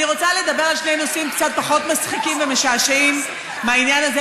אני רוצה לדבר על שני נושאים קצת פחות מצחיקים ומשעשעים מהעניין הזה,